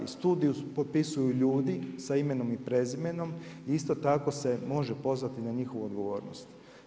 Studiju potpisuju ljudi sa imenom i prezimenom i isto tako se može pozvati na njihovu odgovornost.